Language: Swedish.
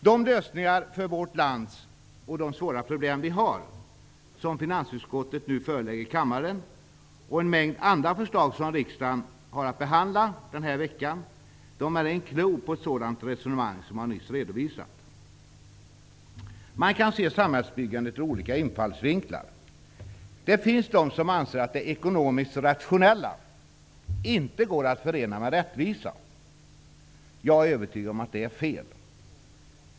De lösningar på för vårt land svåra problem som finansutskottet nu förelägger kammaren, och en mängd andra förslag som riksdagen har att behandla denna vecka, är en clou på ett sådant resonemang som jag nyss redovisat. Man kan se samhällsbyggandet ur olika infallsvinklar. Det finns de som anser att det ekonomiskt rationella inte går att förena med rättvisa. Jag är övertygad om att det är fel.